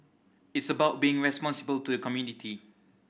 it's about being responsible to the community